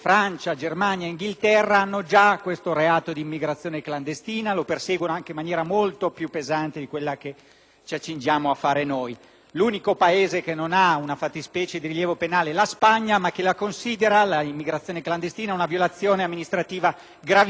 ci accingiamo a fare noi. L'unico Paese che non ha una fattispecie di rilievo penale è la Spagna che considera, però, l'immigrazione clandestina una violazione amministrativa gravissima, punita con una sanzione pecuniaria ben superiore a quella che noi introduciamo sotto forma di ammenda senza oblazione.